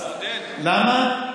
למה?